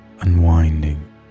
unwinding